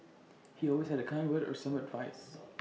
he always had A kind word or some advice